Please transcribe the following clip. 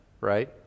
right